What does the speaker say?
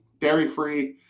dairy-free